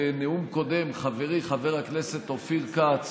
בנאום הקודם הביא חברי חבר הכנסת אופיר כץ